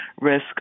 risk